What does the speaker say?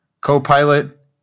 co-pilot